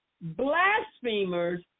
blasphemers